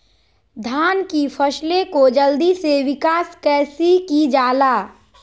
धान की फसलें को जल्दी से विकास कैसी कि जाला?